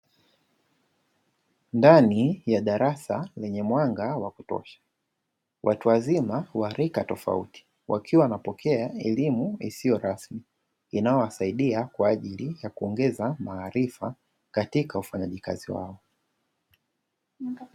Ndani ya darasa lenye mwanga wa kutosha, watu wazima wa rika tofauti wakiwa wanapokea elimu isiyo rasmi inayo wasaidia kwaajili ya kuongeza maarifa katika ufanyaji kazi wao.